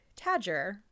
Tadger